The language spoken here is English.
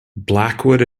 blackwood